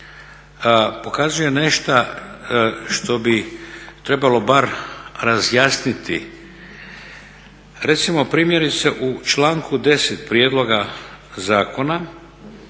pokazuje nešto što bi trebalo bar razjasniti. Recimo primjerice u članku 10. prijedloga zakona